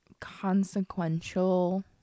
consequential